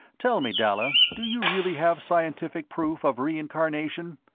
tell me, dalla do you really have scientific proof of reincarnation?